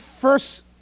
first